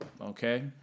okay